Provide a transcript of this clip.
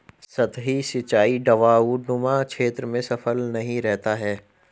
सतही सिंचाई ढवाऊनुमा क्षेत्र में सफल नहीं रहता है